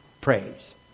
Praise